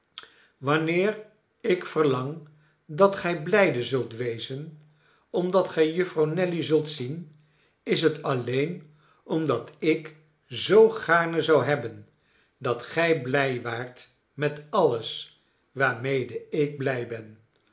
wanneer ik verlang dat gij biijde zult wezen omdat gij jufvrouw nelly zult zien is het alleen omdat ik zoo gaarne zou hebben dat gij blij waart met alles waarmede ik blij ben